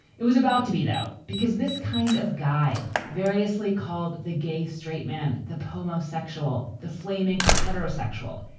it was about to be, though, because this kind of guy variously called the gay straight man, the pomo sexual, the flaming heterosexual.